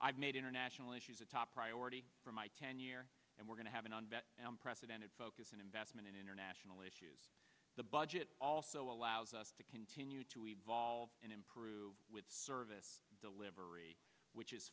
i've made international issues a top priority for my ten year and we're going to have an on bet unprecedented focus and investment in international issues the budget also allows us to continue to evolve and improve with service delivery which is